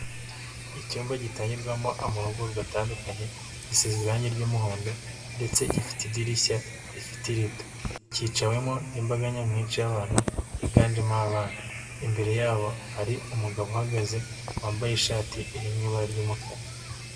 Icyumba gitangirwarwamo amahugurwa atandukanye, gisezwe irangi ry'umuhondo ndetse gifite idirishya rifite irido. Cyicawemo n'imbaga nyamwinshi y'abantu, higanjemo abana. Imbere yabo hari umugabo uhagaze wambaye ishati iri mu ibara ry'umukara.